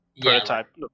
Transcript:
prototype